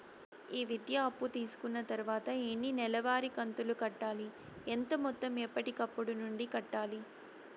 ఈ విద్యా అప్పు తీసుకున్న తర్వాత ఎన్ని నెలవారి కంతులు కట్టాలి? ఎంత మొత్తం ఎప్పటికప్పుడు నుండి కట్టాలి?